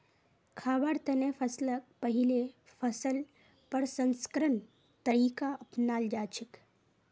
खाबार तने फसलक पहिले फसल प्रसंस्करण तरीका अपनाल जाछेक